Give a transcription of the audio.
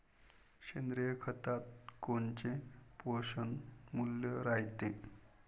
सेंद्रिय खतात कोनचे पोषनमूल्य रायते?